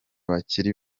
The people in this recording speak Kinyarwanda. bakiri